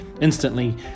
instantly